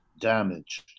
damage